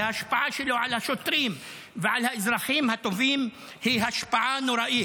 וההשפעה שלו על השוטרים ועל האזרחים הטובים היא השפעה נוראית?